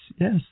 yes